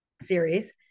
series